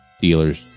dealers